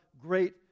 great